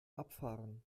abfahren